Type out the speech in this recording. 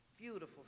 Beautiful